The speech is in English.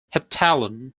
heptathlon